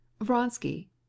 Vronsky